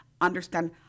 understand